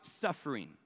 suffering